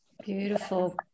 Beautiful